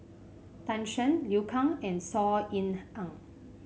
Tan Shen Liu Kang and Saw Ean Ang